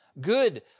good